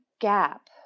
gap